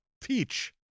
Peach